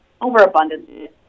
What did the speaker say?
overabundance